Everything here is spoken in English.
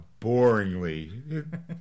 boringly